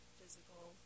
physical